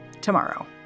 tomorrow